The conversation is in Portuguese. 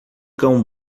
cão